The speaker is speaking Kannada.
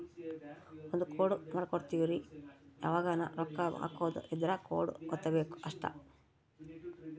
ಒಂದ ಕೋಡ್ ಮಾಡ್ಕೊಂಡಿರ್ತಿವಿ ಯಾವಗನ ರೊಕ್ಕ ಹಕೊದ್ ಇದ್ರ ಕೋಡ್ ವತ್ತಬೆಕ್ ಅಷ್ಟ